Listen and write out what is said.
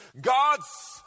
God's